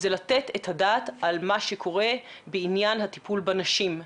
זה לתת את הדעת על מה שקורה בעניין הטיפול בנשים,